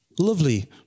lovely